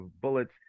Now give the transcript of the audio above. bullets